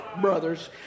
Brothers